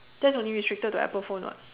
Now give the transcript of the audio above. that's only restricted to apple phone [what]